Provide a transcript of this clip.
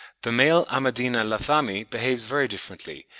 the male amadina lathami behaves very differently,